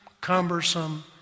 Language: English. cumbersome